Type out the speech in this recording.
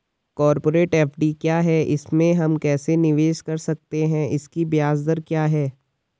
Corporate FD क्या है इसमें हम कैसे निवेश कर सकते हैं इसकी ब्याज दर क्या है?